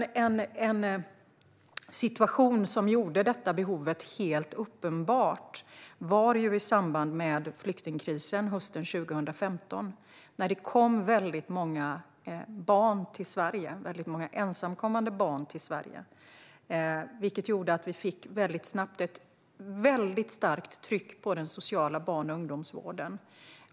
En situation som gjorde det behovet helt uppenbart var i samband med flyktingkrisen hösten 2015, när det kom väldigt många ensamkommande barn till Sverige. Det gjorde att vi väldigt snabbt fick ett mycket starkt tryck på den sociala barn och ungdomsvården.